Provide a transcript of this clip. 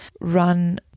run